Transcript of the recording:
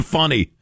funny